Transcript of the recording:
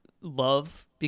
love